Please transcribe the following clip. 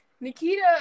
Nikita